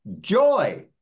joy